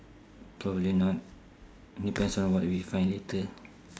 probably not depends on what we find later